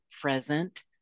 present